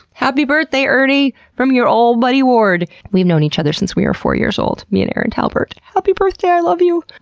happy birthday ernie! from your old buddy ward! we've known each other since we were four years old, me and erin talbert. happy birthday, i love you!